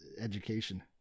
education